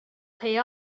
pay